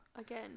again